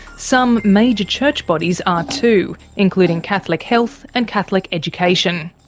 some major church bodies are too, including catholic health and catholic education.